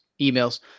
emails